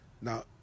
Now